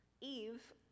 Eve